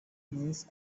knees